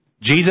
Jesus